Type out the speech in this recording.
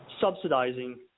subsidizing